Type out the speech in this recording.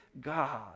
God